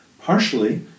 partially